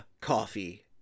coffee